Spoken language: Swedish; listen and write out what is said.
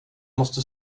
måste